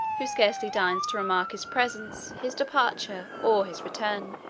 who scarcely deigns to remark his presence, his departure, or his return.